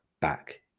back